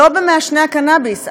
לא במעשני הקנאביס,